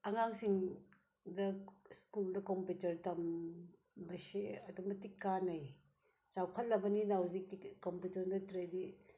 ꯑꯉꯥꯡꯁꯤꯡꯗ ꯁ꯭ꯀꯨꯜꯗ ꯀꯣꯝꯄꯨꯇꯔ ꯇꯝꯕꯁꯤ ꯑꯗꯨꯛ ꯃꯇꯤꯛ ꯀꯥꯟꯅꯩ ꯆꯥꯎꯈꯠꯂꯕꯅꯤꯅ ꯍꯧꯖꯤꯛꯇꯤ ꯀꯣꯝꯄꯨꯇꯔ ꯅꯠꯇ꯭ꯔꯗꯤ